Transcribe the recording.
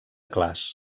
clars